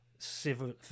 civil